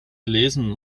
gelesen